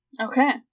Okay